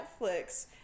Netflix